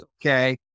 Okay